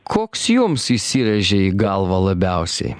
koks jums įsirėžė į galvą labiausiai